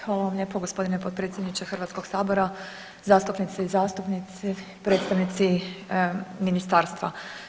Hvala vam lijepo gospodine potpredsjedniče Hrvatskog sabora, zastupnice i zastupnici, predstavnici ministarstva.